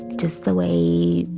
just the way